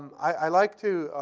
i like to